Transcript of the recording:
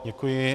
Děkuji.